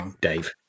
Dave